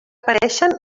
apareixen